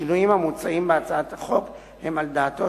השינויים המוצעים בהצעת החוק הם על דעתו